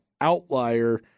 outlier